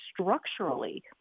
structurally